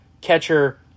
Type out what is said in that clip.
catcher